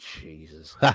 jesus